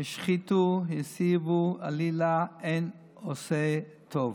השחיתו התעיבו עלילה אין עֹשה טוב".